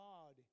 God